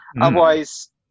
Otherwise